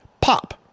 POP